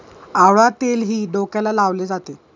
आवळा तेलही डोक्याला लावले जाते